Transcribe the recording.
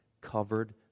covered